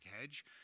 hedge